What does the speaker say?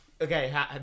Okay